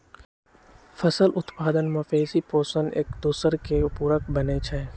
फसल उत्पादन, मवेशि पोशण, एकदोसर के पुरक बनै छइ